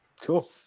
Cool